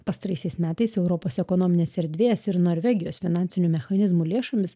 pastaraisiais metais europos ekonominės erdvės ir norvegijos finansinių mechanizmų lėšomis